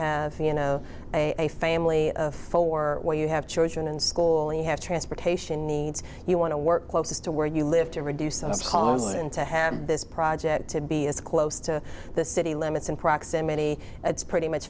have you know a family of four where you have children in school and you have transportation needs you want to work close to where you live to reduce those calls in to have this project to be as close to the city limits and proximity it's pretty much